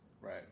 Right